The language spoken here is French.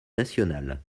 nationale